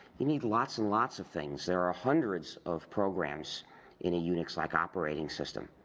you need lots and lots of things. there are hundreds of programs in a unix-like operating system.